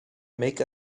make